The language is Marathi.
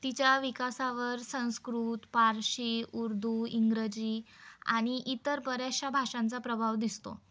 तिच्या विकासावर संस्कृत पारशी उर्दू इंग्रजी आणि इतर बऱ्याचशा भाषांचा प्रभाव दिसतो